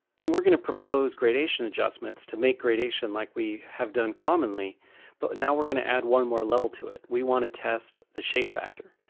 and we're gonna propose gradation adjustments to make gradation like we have done commonly but now we're gonna add one more level to it. we want to test the shape factor.